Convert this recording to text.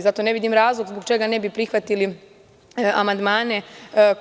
Zato, ne vidim razlog zbog čega ne bi prihvatili amandmane